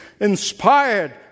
inspired